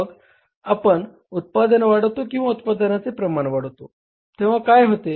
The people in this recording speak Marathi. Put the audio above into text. मग आपण उत्पादन वाढवतो किंवा उत्पादनाचे प्रमाण वाढवतो तेव्हा काय होते